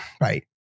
Right